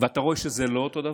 ואתה רואה שזה לא אותו דבר.